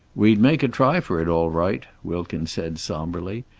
we'd make a try for it, all right, wilkins said somberly.